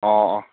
ꯑꯣ ꯑꯣ